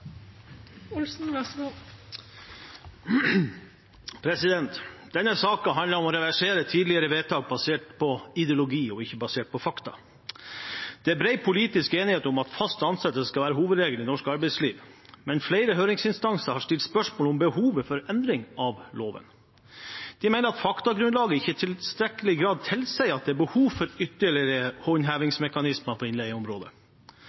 Denne saken handler om å reversere tidligere vedtak basert på ideologi og ikke basert på fakta. Det er bred politisk enighet om at fast ansettelse skal være hovedregelen i norsk arbeidsliv, men flere høringsinstanser har stilt spørsmål ved behovet for endring av loven. De mener at faktagrunnlaget ikke i tilstrekkelig grad tilsier at det er behov for ytterligere håndhevingsmekanismer på innleieområdet.